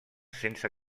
sense